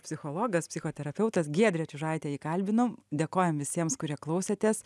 psichologas psichoterapeutas giedrė čiužaitė jį kalbinau dėkojam visiems kurie klausėtės